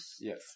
Yes